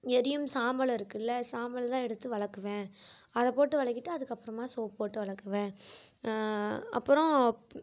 எரியும் சாம்பல் இருக்குதுல்ல சாம்பல் தான் எடுத்து விலக்குவேன் அதை போட்டு விலக்கிட்டு அதுக்கப்புறமா சோப்பு போட்டு விலக்குவேன் அப்புறம்